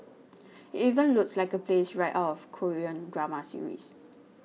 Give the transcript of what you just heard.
it even looks like a place right out of Korean drama series